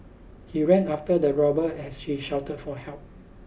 he ran after the robber as she shouted for help